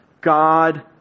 God